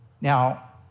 Now